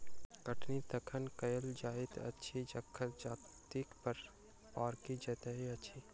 कटनी तखन कयल जाइत अछि जखन जजति पाकि जाइत अछि